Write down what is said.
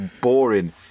boring